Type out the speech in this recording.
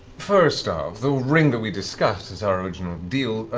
first ah off, the ring that we discussed as our original deal,